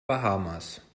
bahamas